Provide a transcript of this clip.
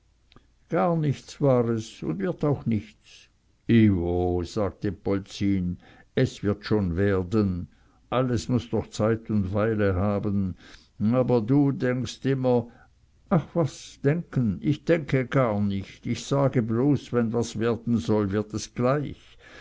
gar nichts war es und wird auch nichts i wo sagte polzin es wird schon werden alles muß doch zeit und weile haben aber du denkst immer ach was denken ich denke gar nich ich sage bloß wenn was werden soll wird es gleich